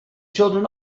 children